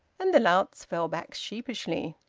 and the louts fell back sheepishly.